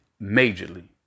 majorly